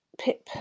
Pip